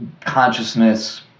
consciousness